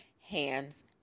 hands